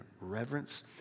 reverence